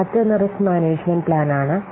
മറ്റൊന്ന് risk management plan ആണ്